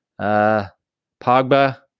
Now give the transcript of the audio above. Pogba